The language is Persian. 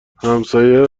همسایه